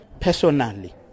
personally